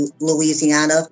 Louisiana